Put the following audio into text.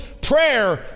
Prayer